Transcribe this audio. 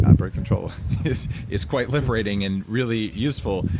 um birth control is is quite liberating and really useful.